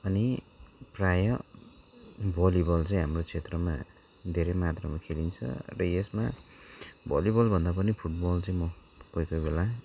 अनि प्रायः भलिबल चाहिँ हाम्रो क्षेत्रमा धेरै मात्रामा खेलिन्छ र यसमा भलिबलभन्दा पनि फुटबल चाहिँ म कोही कोही बेला